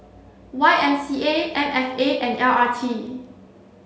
Y M C A M F A and L R T